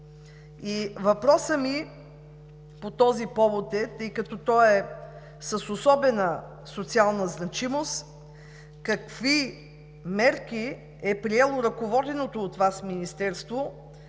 Въпросът ми по този повод, тъй като е с особена социална значимост, е: какви мерки е предприело ръководеното от Вас министерство,